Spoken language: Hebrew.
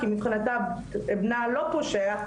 כי מבחינתה בנה לא פושע,